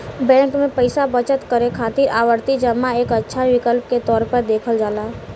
bank में पैसा बचत करे खातिर आवर्ती जमा एक अच्छा विकल्प के तौर पर देखल जाला